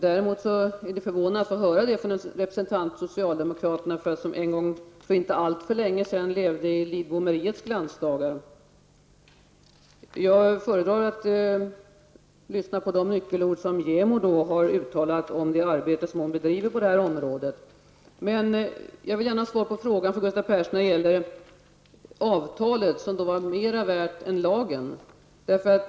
Däremot är det förvånande att få höra det från en representant för socialdemokraterna, som en gång för inte allt för länge sedan levde i ''Lidbomeriets'' glansdagar. Jag föredrar att lyssna till de nyckelord som JämO har uttalat om det arbete som hon bedriver på detta område. Jag vill gärna ha besked från Gustav Persson när det gäller avtalen, som han säger är mera värda än lagen.